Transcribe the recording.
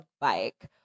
bike